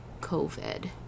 COVID